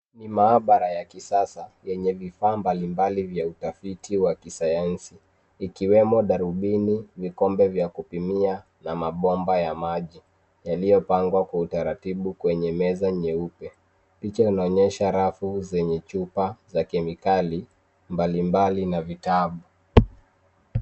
Ni maabara ya kisasa yenye vifaa mbalimbali vya utafiti wa kisayansi ikiwemo darubini, vikombe vya kupimia na mabomba ya maji yaliyopangwa kwa utaratibu kwenye meza nyeupe. Picha inaonyesha rafu zenye chupa za kemikali mbalimbali na vitabu.